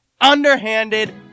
underhanded